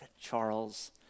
Charles